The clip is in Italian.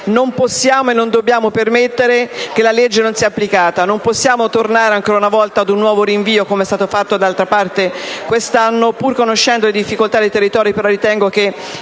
non possiamo e non dobbiamo permettere che la legge non sia applicata. Non possiamo tornare ancora una volta ad un nuovo rinvio, com'è stato fatto d'altra parte quest'anno. Pur conoscendo le difficoltà dei territori ritengo che